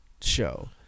show